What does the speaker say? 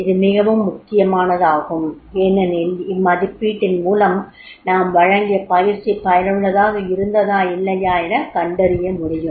இது மிகவும் முக்கியமானதாகும் ஏனெனில் இம்மதிப்பீட்டின் மூலம் நாம் வழங்கிய பயிற்சி பயனுள்ளதாக இருந்ததா இல்லையா எனக் கண்டறிய முடியும்